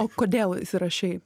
o kodėl įsirašei